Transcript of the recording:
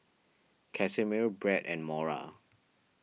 Casimir Bret and Mora